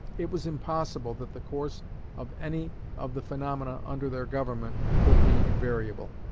it was impossible that the course of any of the phaenomena under their government could be invariable.